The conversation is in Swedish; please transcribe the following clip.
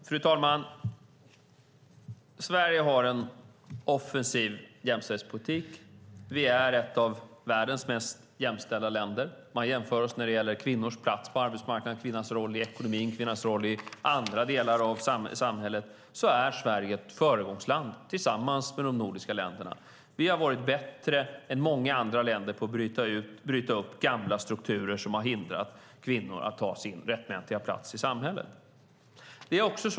Fru talman! Sverige har en offensiv jämställdhetspolitik. Vi är ett av världens mest jämställda länder. Om man jämför oss när det gäller kvinnors plats på arbetsmarknaden, kvinnors roll i ekonomi och kvinnors roll i andra delar av samhället är Sverige, tillsammans med de andra nordiska länderna, ett föregångsland. Vi har varit bättre än många andra länder på att bryta upp gamla strukturer som har hindrat kvinnor att ta sin rättmätiga plats i samhället.